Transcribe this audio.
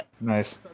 Nice